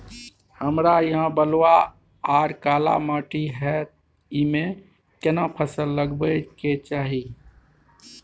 हमरा यहाँ बलूआ आर काला माटी हय ईमे केना फसल लगबै के चाही?